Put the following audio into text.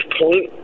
point